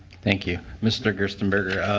thank you. mister gersten